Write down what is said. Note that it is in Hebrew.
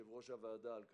יושב-ראש הוועדה על כך.